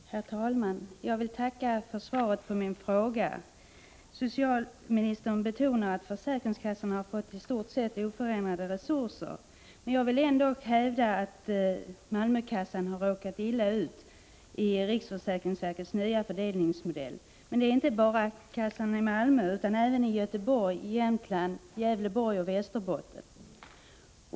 Herr talman! Jag vill tacka för svaret på min fråga. Socialministern betonar att försäkringskassorna har fått i stort sett oförändrade resurser, men jag vill ändå hävda att Malmökassan har råkat illa ut i riksförsäkringsverkets nya fördelningsmodell. Men det är inte bara den som har råkat illa ut utan även kassorna i Göteborg, Jämtland, Gävleborg och Västerbotten.